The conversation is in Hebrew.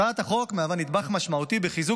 הצעת החוק מהווה נדבך משמעותי בחיזוק